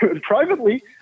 privately